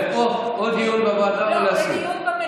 זו הצעה לסדר-היום, הוא לא יכול,